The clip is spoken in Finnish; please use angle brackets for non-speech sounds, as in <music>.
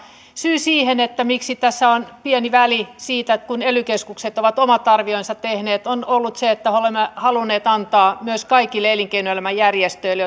syy siihen miksi tässä on pieni väli siitä kun ely keskukset ovat omat arvionsa tehneet on ollut se että olemme halunneet antaa mahdollisuuden myös kaikille elinkeinoelämän järjestöille <unintelligible>